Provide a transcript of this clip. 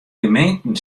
gemeenten